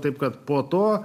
taip kad po to